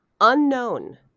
unknown